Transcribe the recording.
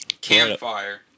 Campfire